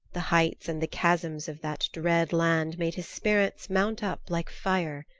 the heights and the chasms of that dread land made his spirits mount up like fire.